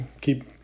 keep